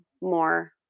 more